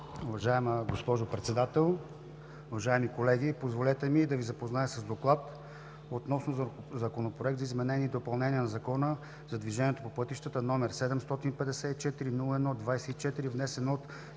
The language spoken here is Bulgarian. Уважаема госпожо Председател, уважаеми колеги! Позволете ми да Ви запозная с: „ДОКЛАД относно Законопроект за изменение и допълнение на Закона за движението по пътищата, № 754-01-24, внесен от